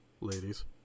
ladies